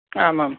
आमां